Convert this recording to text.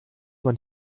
man